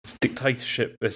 Dictatorship